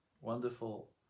wonderful